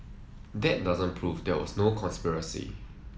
that doesn't prove there was no conspiracy